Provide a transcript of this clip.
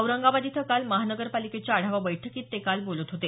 औरंगाबाद इथं महानगरपालिकेच्या आढावा बैठकीत ते काल बोलत होते